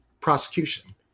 prosecution